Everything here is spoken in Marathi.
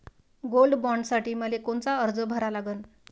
गोल्ड बॉण्डसाठी मले कोनचा अर्ज भरा लागन?